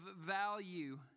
value